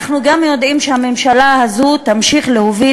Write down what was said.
אנחנו גם יודעים שהממשלה הזאת תמשיך להוביל